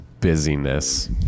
busyness